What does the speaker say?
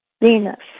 Venus